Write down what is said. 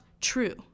true